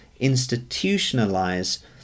institutionalize